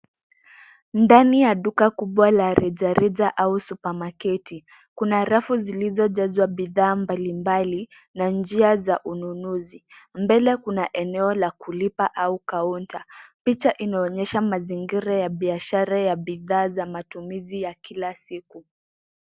Ndani ya duka kubwa la rejareja au supamaketi . Kuna rafu ilizojazwa bidhaa mbalimbali na njia za ununuzi. Mbele kuna eneo la kulipa au kaunta . Picha inaonyesha mazingira ya biashara ya bidhaa za matumizi ya kila siku .